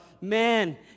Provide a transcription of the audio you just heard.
man